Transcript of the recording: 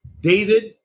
David